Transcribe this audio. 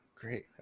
Great